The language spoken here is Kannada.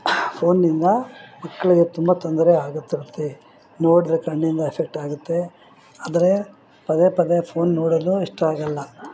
ಫೋನ್ನಿಂದ ಮಕ್ಕಳಿಗೆ ತುಂಬ ತೊಂದರೆ ಆಗುತ್ತಿರುತ್ತೆ ನೋಡಿರೋ ಕಣ್ಣಿಂದ ಎಫೆಕ್ಟ್ ಆಗುತ್ತೆ ಆದರೆ ಪದೇ ಪದೇ ಫೋನ್ ನೋಡೋದು ಇಷ್ಟ ಆಗೋಲ್ಲ